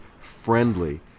friendly